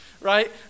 right